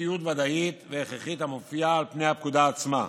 אי-חוקיות ודאית והכרחית המופיעה על פני הפקודה עצמה,